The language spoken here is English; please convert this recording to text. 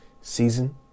season